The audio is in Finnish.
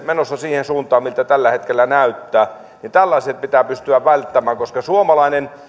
menossa siihen suuntaan miltä tällä hetkellä näyttää niin tällaiset pitää pystyä välttämään koska suomalainen